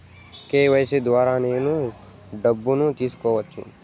KYC ద్వారా నేను డబ్బును తీసుకోవచ్చా?